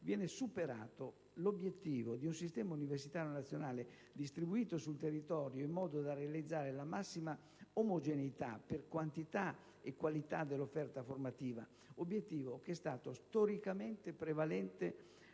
viene superato l'obiettivo di un sistema universitario nazionale distribuito sul territorio in modo da realizzare la massima omogeneità per quantità e qualità della offerta formativa, obiettivo che è stato storicamente prevalente